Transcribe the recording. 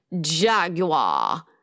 Jaguar